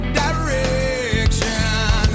direction